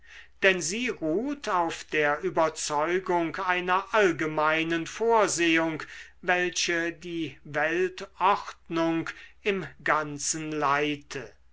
denn sie ruht auf der überzeugung einer allgemeinen vorsehung welche die weltordnung im ganzen leite